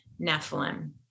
Nephilim